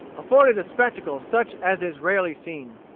afforded a spectacle such as is rarely seen.